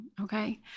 okay